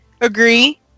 agree